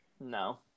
No